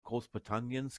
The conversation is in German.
großbritanniens